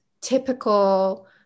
typical